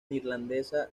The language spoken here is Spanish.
neerlandesa